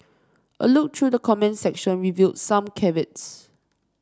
a look through the comments section revealed some caveats